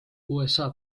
usa